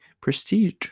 prestige